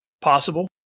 possible